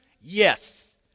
Yes